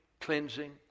cleansing